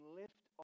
lift